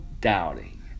doubting